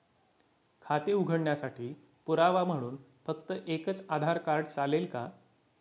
खाते उघडण्यासाठी पुरावा म्हणून फक्त एकच आधार कार्ड चालेल का?